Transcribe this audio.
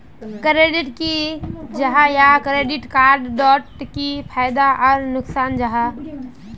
Credit की जाहा या क्रेडिट कार्ड डोट की फायदा आर नुकसान जाहा?